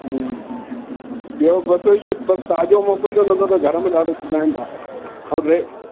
जी जी ॿियो बसि इहो बसि ताज़ो मोकिलिजो न त त घर में ॾाढो चिलाईंदा ऐं रे